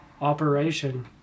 Operation